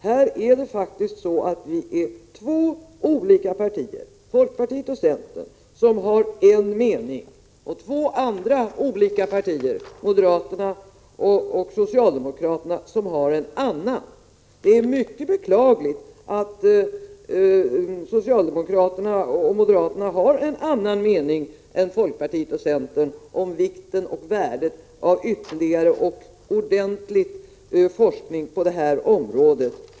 Här är det faktiskt så att vi är två olika partier, folkpartiet och centern, som har en mening och två andra olika partier, moderaterna och socialdemokraterna, som har en annan. Det är mycket beklagligt att socialdemokraterna och moderaterna har en annan mening än folkpartiet och centern om vikten och värdet av ytterligare och ordentlig forskning på detta område.